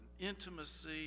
intimacy